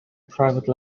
private